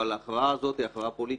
אבל ההכרעה הזאת היא הכרעה פוליטית.